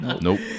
nope